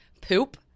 poop